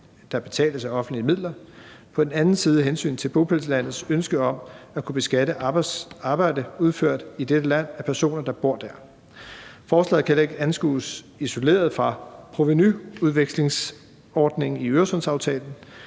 der betales af offentlige midler, og på den anden side et hensyn til bopælslandets ønske om at kunne beskatte arbejde udført i dette land af personer, der bor der. Forslaget kan heller ikke anskues isoleret fra provenuudvekslingsordningen i Øresundsaftalen.